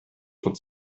von